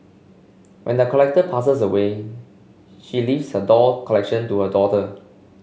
when the collector passes away she leaves her doll collection to her daughter